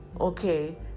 okay